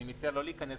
אני מציע לא להיכנס